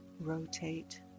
rotate